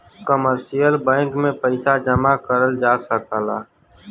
commercial bank में पइसा जमा करल जा सकला